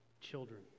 children